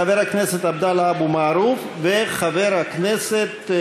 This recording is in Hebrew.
חבר הכנסת עבדאללה אבו מערוף וחבר הכנסת,